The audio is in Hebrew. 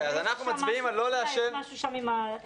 אז אנחנו מצביעים על לא לאשר --- יש שם משהו עם אנשי